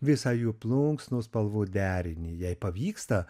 visą jų plunksnų spalvų derinį jei pavyksta